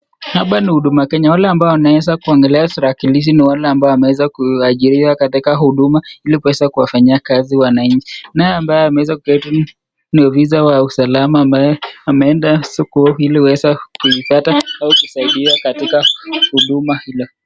Hapa ni huduma Kenya. Wale ambao wanaweza kuangalia tarakilishi ni wale ambao wameweza kuajiriwa katika huduma ili kuweza kuwafanyia kazi wananchi. Na ambaye ameweza kuketi ni ofisa wa usalama ambaye ameenda huko ili aweze kuipata au kusaidiwa katika huduma hilo.